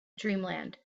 dreamland